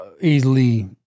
easily